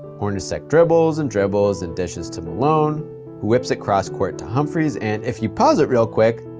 hornacek dribbles and dribbles and dishes to malone, who whips across court to humphries. and if you pause it real quick,